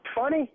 funny